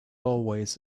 always